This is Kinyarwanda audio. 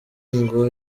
ngo